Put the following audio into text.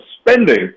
spending